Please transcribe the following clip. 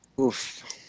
Oof